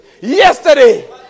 yesterday